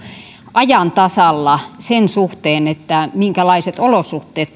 ajan tasalla sen suhteen minkälaiset olosuhteet